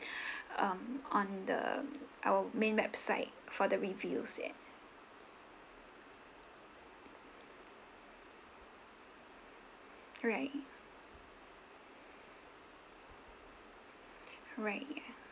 um on the our main website for the reviews ya alright alright